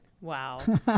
Wow